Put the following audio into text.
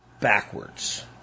backwards